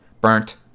Burnt